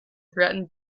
threatened